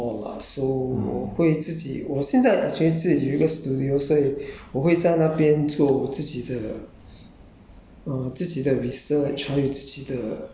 I kind of want to do movement stuff more lah so 我会自己我现在 exchange 自己一个 studio 所以我会在那边做我自己的